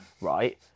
right